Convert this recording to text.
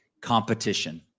competition